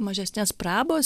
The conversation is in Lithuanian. mažesnės prabos